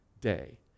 day